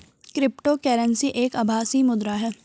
crypto currency एक आभासी मुद्रा है